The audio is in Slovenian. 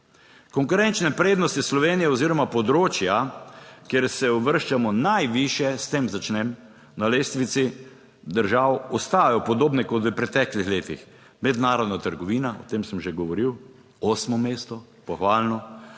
Konkurenčne prednosti Slovenije oziroma področja, kjer se uvrščamo najvišje, s tem začnem, na lestvici držav, ostajajo podobne kot v preteklih letih, mednarodna trgovina, o tem sem že govoril, osmo mesto, pohvalno